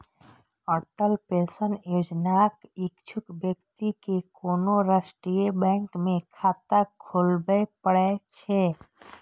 Atal pension योजनाक इच्छुक व्यक्ति कें कोनो राष्ट्रीय बैंक मे खाता खोलबय पड़ै छै